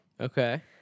Okay